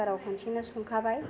खुखाराव खनसेनो संखाबाय